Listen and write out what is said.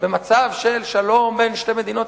שבמצב של שלום בין שתי מדינות,